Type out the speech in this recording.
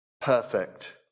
Perfect